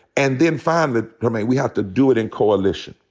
and then finally, trymaine, we have to do it in coalition.